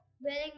wearing